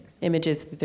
images